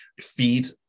feed